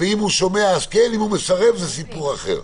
ואם הוא שומע אז כן, אם הוא מסרב זה סיפור אחר.